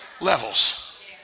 levels